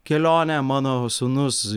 kelionė mano sūnus